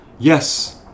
Yes